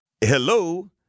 hello